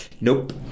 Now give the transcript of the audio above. Nope